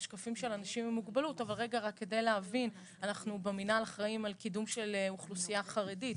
אנחנו במנהל אחראים על קידום של אוכלוסייה חרדית,